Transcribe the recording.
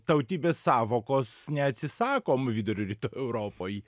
tautybės sąvokos neatsisakom vidurio rytų europoj